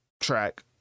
track